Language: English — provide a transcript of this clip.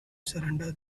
surrender